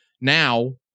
now